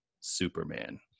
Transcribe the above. superman